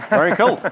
very cool.